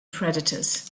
predators